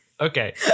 okay